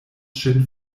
ŝin